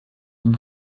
ihm